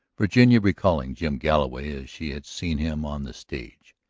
virginia, recalling jim galloway as she had seen him on the stage,